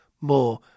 more